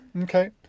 Okay